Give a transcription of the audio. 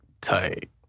tight